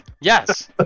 Yes